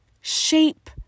shape